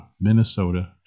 Minnesota